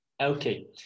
Okay